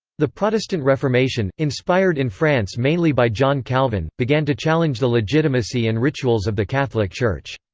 the protestant reformation, inspired in france mainly by john calvin, began to challenge the legitimacy and rituals of the catholic church.